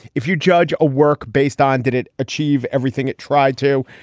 if you judge a work based on did it achieve everything it tried to.